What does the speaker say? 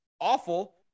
awful